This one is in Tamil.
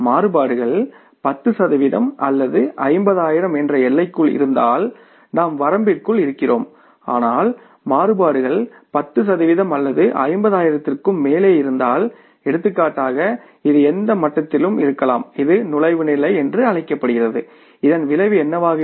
மாறுபாடுகள் 10 சதவிகிதம் அல்லது 50000 என்ற எல்லைக்குள் இருந்தால் நாம் வரம்பிற்குள் இருக்கிறோம் ஆனால் மாறுபாடுகள் 10 சதவிகிதம் அல்லது 50000 க்கு மேல் இருந்தால் எடுத்துக்காட்டாக இது எந்த மட்டத்திலும் இருக்கலாம் இது நுழைவு நிலை என்று அழைக்கப்படுகிறது இதன் விளைவு என்னவாக இருக்கும்